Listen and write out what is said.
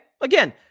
Again